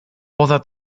poza